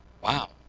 Wow